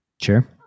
sure